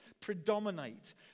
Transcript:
predominate